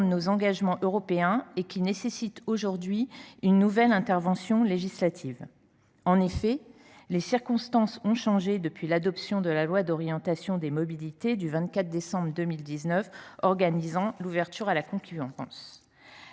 de nos engagements européens et nécessitant aujourd’hui une nouvelle intervention législative. En effet, les circonstances ont changé depuis l’adoption de la loi d’orientation des mobilités du 24 décembre 2019 organisant l’ouverture à la concurrence.